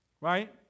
right